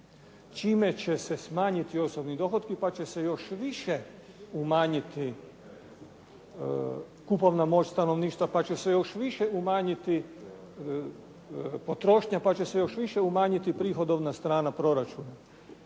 čime će se smanjiti osobni dohoci pa će se još više umanjiti kupovna moć stanovništva, pa će se još više umanjiti potrošnja, pa će se još više umanjiti prihodovna strana proračuna.